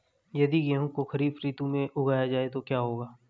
यदि गेहूँ को खरीफ ऋतु में उगाया जाए तो क्या होगा?